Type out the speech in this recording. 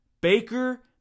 Baker